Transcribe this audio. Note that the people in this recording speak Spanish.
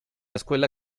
escuela